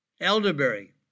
Elderberry